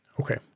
okay